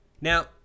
Now